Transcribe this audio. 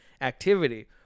activity